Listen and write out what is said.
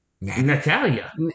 Natalia